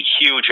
huge